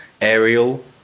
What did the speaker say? Aerial